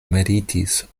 meditis